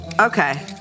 Okay